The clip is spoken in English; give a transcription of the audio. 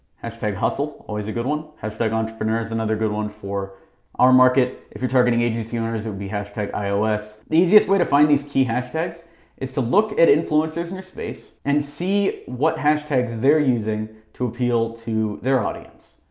hashtag hustle, always a good one. hashtag entrepreneur is another good one for our market. if you're targeting agency owners, it would be hashtag ios. the easiest way to find these key hashtags is to look at influencers in your space and see what hashtags they're using to appeal to their audience.